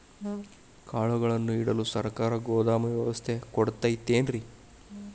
ಕಾಳುಗಳನ್ನುಇಡಲು ಸರಕಾರ ಗೋದಾಮು ವ್ಯವಸ್ಥೆ ಕೊಡತೈತೇನ್ರಿ?